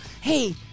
Hey